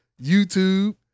YouTube